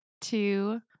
two